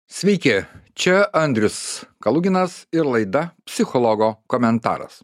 sveiki čia andrius kaluginas ir laida psichologo komentaras